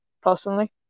personally